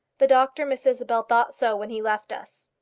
the doctor, miss isabel, thought so, when he left us.